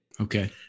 Okay